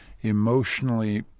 emotionally